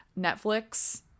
Netflix